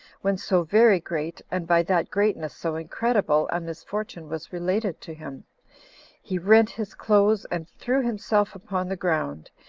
when so very great, and by that greatness so incredible, a misfortune was related to him he rent his clothes and threw himself upon the ground,